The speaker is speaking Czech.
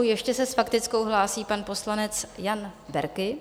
Ještě se s faktickou hlásí pan poslanec Jan Berki.